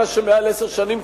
רק מה שמעל עשר שנים,